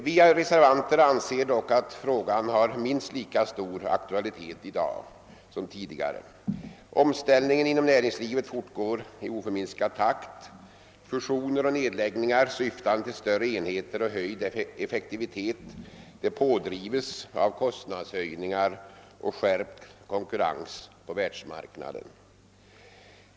Vi reservanter anser dock att frågan har minst lika stor aktualitet i dag som tidigare. går i oförminskad takt. Fusioner och nedläggningar syftande till större enheter och höjd effektivitet pådrivs av kostnadshöjningar och skärpt konkurrens på världsmarknaden.